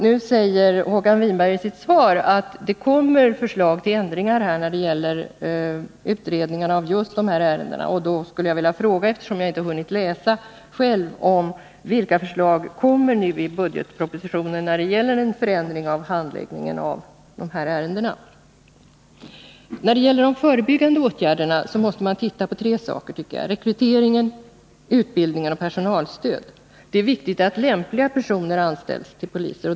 Nu säger Håkan Winberg i sitt svar att det kommer förslag till ändringar när det gäller utredningar av just dessa ärenden. Jag skulle, eftersom jag inte själv hunnit ta del av detta, vilja fråga vilka förslag som i budgetpropositionen nu framläggs avseende förändring av handläggningen av dessa ärenden. När det gäller de förebyggande åtgärderna måste man titta på tre saker: rekrytering, utbildning och personalstöd. Det är viktigt att de som anställs som poliser är lämpliga för polisyrket.